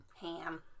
Ham